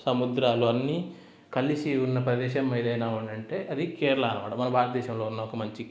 సముద్రాలు అన్ని కలిసి ఉన్న ప్రదేశం ఏదైనా ఉన్నదంటే అది కేరళ అనమాట మన భారతదేశంలో ఉన్న ఒక మంచి